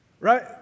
Right